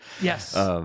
Yes